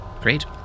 Great